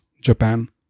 Japan